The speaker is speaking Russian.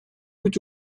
быть